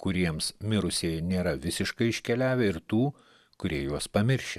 kuriems mirusieji nėra visiškai iškeliavę ir tų kurie juos pamiršę